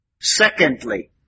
Secondly